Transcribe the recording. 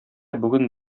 бүген